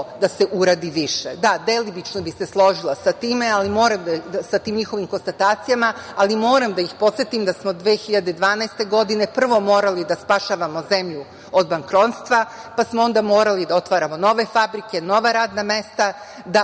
Da, delimično bih se složila sa tim njihovim konstatacijama, ali moram da ih podsetim da smo 2012. godine, prvo, morali da spašavamo zemlju od bankrota, pa smo onda morali da otvaramo nove fabrike, nova radna mesta, da ulažemo